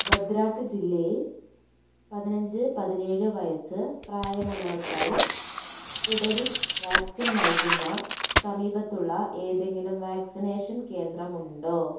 ഭദ്രാക്ക് ജില്ലയിൽ പതിനഞ്ച് പതിനേഴ് വയസ്സ് പ്രായമുള്ളവർക്കായി സ്പുടനിക് വാക്സിൻ നൽകുന്ന സമീപത്തുള്ള ഏതെങ്കിലും വാക്സിനേഷൻ കേന്ദ്രമുണ്ടോ